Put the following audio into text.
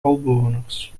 holbewoners